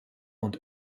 und